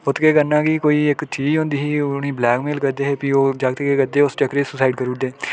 उत्थै केह् करना की कोई इक चीज होंदी ही उ'नेंई ब्लैकमेल करदे हे भी ओह् जगत केह् करदे सुसाइड़ करुड़दे